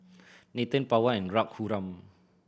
Nathan Pawan and Raghuram